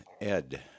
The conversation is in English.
Ed